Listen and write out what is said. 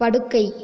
படுக்கை